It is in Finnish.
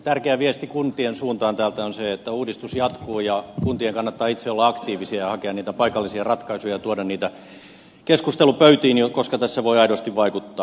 tärkeä viesti kuntien suuntaan täältä on se että uudistus jatkuu ja kuntien kannattaa itse olla aktiivisia ja hakea niitä paikallisia ratkaisuja ja tuoda niitä keskustelupöytiin koska tässä voi aidosti vaikuttaa